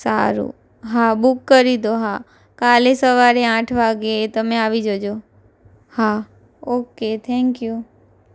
સારુ હા બુક કરી દો હા કાલે સવારે આઠ વાગે તમે આવી જજો હા ઓકે થેંક્યું